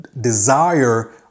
desire